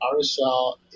RSL